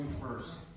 first